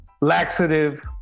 Laxative